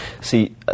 See